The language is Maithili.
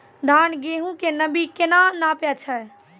धान, गेहूँ के नमी केना नापै छै?